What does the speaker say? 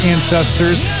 Ancestors